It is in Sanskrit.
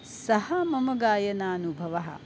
सः मम गायनानुभवः